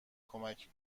کمک